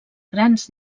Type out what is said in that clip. grans